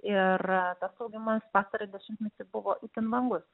ir tas augimas pastarąjį dešimtmetį buvo itin vangus